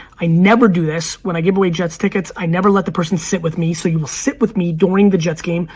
i never do this. when i give away jets tickets, i never let the person sit with me, so you'll sit with me during the jets game.